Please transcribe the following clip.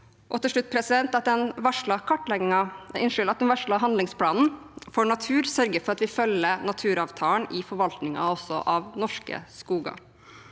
og til slutt: at den varslede handlingsplanen for natur sørger for at vi følger naturavtalen i forvaltningen også av norske skoger